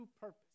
purpose